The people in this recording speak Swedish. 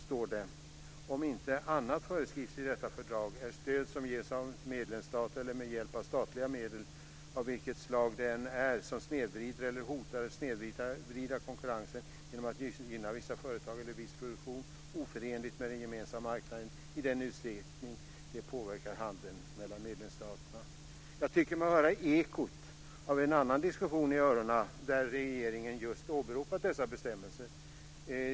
står det: "Om inte annat föreskrivs i detta fördrag, är stöd som ges av medlemsstat eller med hjälp av statliga medel, av vilket slag det än är, som snedvrider eller att hotar att snedvrida konkurrensen genom att gynna vissa företag eller viss produktion, oförenligt med den gemensamma marknaden i den utsträckning det påverkar handeln mellan medlemsstaterna." Jag tycker mig höra ekot av en annan diskussion i öronen där regeringen just åberopat dessa bestämmelser.